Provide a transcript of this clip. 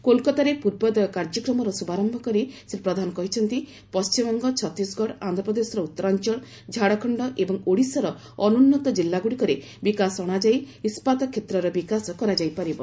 କୋଲକାତାରେ ପୂର୍ବୋଦୟ କାର୍ଯ୍ୟକ୍ରମର ଶୁଭାରମ୍ଭ କରି ଶ୍ରୀ ପ୍ରଧାନ କହିଛନ୍ତି ପଶ୍ଚିମବଙ୍ଗ ଛତିଶଗଡ଼ ଆନ୍ଧ୍ରପ୍ରଦେଶର ଉତ୍ତରାଞ୍ଚଳ ଝାଡ଼ଖଣ୍ଡ ଏବଂ ଓଡ଼ିଶାର ଅନୁନ୍ନତ ଜିଲ୍ଲାଗୁଡ଼ିକରେ ବିକାଶ ଅଣାଯାଇ ଇସ୍କାତ କ୍ଷେତ୍ରର ବିକାଶ କରାଯାଇ ପାରିବ